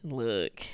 look